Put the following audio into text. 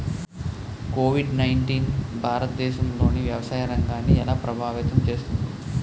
Covid nineteen భారతదేశంలోని వ్యవసాయ రంగాన్ని ఎలా ప్రభావితం చేస్తుంది?